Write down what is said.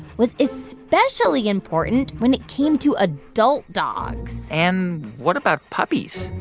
was especially important when it came to adult dogs and what about puppies?